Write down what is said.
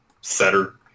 setter